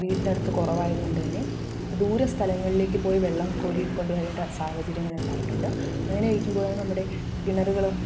വീടിന്റെയടുത്ത് കുറവായതുകൊണ്ട് തന്നെ ദൂര സ്ഥലങ്ങളിലേക്ക് പോയി വെള്ളം കോരി കൊണ്ട് വരേണ്ട സാഹചര്യങ്ങൾ ഉണ്ടായിട്ടുണ്ട് അങ്ങനെ ഇരിക്കുമ്പോഴാണ് നമ്മുടെ കിണറുകളും